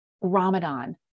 Ramadan